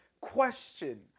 question